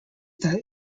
that